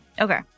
Okay